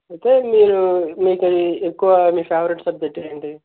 అయితే మీరు మీకది ఎక్కువ మీ ఫేవరేట్ సబ్జెక్ట్ ఏంటి